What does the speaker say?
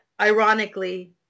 ironically